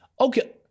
Okay